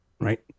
right